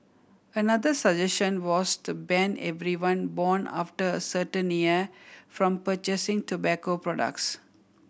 another suggestion was to ban everyone born after a certain year from purchasing tobacco products